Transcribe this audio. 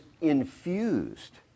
infused